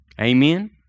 Amen